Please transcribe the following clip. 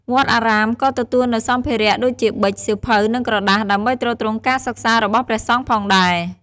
វត្តអារាមក៏ទទួលនូវសម្ភារៈដូចជាប៊ិច សៀវភៅ និងក្រដាស ដើម្បីទ្រទ្រង់ការសិក្សារបស់ព្រះសង្ឃផងដែរ។